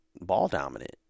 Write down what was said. ball-dominant